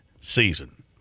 season